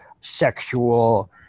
sexual